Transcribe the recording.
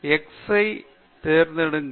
X ஐ தேடுங்கள்